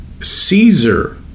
Caesar